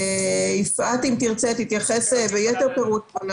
יפעת תוכל להתייחס ביתר פירוט.